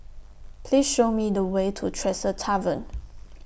Please Show Me The Way to Tresor Tavern